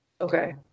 Okay